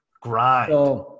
grind